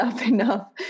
enough